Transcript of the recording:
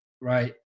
right